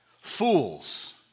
Fools